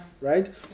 right